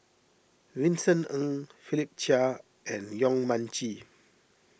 Vincent Ng Philip Chia and Yong Mun Chee